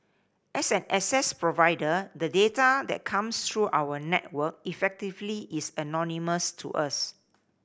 as an access provider the data that comes through our network effectively is anonymous to us